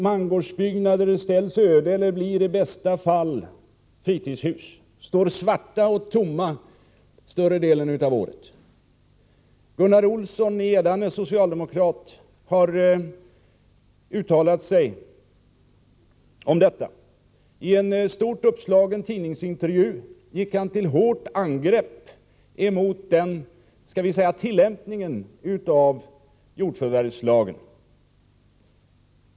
Mangårdsbyggnader ställs öde eller blir i bästa fall fritidshus som står tomma under större delen av året. Gunnar Olsson från Edane, socialdemokrat, har uttalat sig om detta. I en stort uppslagen tidningsintervju gick han till hårt angrepp mot denna tillämpning av jordförvärvslagen.